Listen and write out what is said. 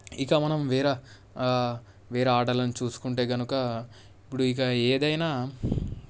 ఇక మనం వేర వేరే ఆటలను చూసుకుంటే కనుక ఇప్పుడు ఇక ఏదైనా